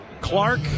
Clark